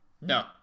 No